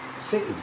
city